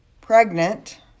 pregnant